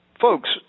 Folks